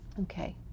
Okay